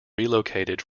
relocated